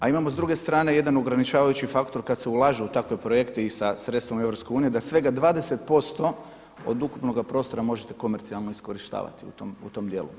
A imamo s druge strane jedan ograničavajući faktor kada se ulaže u takve projekte i sa sredstvima EU da svega 20% od ukupnoga prostora možete komercijalno iskorištavati u tom dijelu.